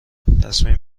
تصمیم